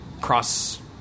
cross